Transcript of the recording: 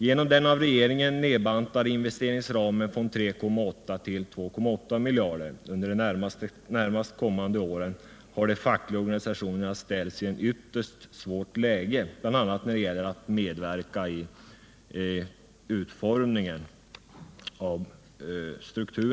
Genom att regeringen nedbantat investeringsramen från 3,8 till 2,8 miljarder under de närmast kommande åren har de fackliga organisationerna ställts i ett ytterst svårt läge, bl.a. när det gäller att medverka i utformningen av bolagets struktur.